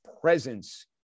presence